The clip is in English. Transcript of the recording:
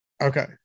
okay